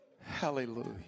Hallelujah